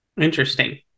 Interesting